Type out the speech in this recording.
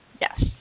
Yes